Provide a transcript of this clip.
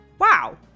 Wow